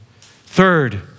Third